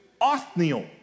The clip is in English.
Othniel